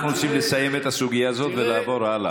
אנחנו רוצים לסיים את הסוגיה הזאת ולעבור הלאה.